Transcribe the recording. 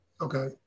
okay